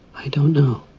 i didn't know